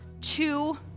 two